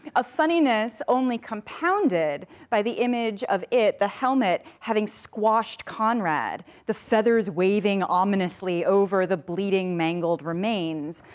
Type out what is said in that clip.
a funniness only compounded by the image of it, the helmet, having squashed conrad, the feathers waving ominously over the bleeding, mangled remains,